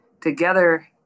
together